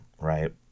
right